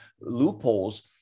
loopholes